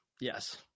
Yes